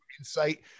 insight